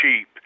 cheap